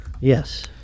Yes